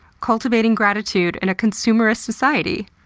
cultivating gratitude in a consumerist society.